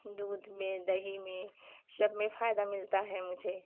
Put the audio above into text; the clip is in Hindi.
दूध में दही में सब में फायदा मिलता है मुझे